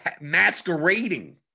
masquerading